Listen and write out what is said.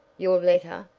your letter?